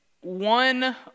one